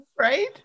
right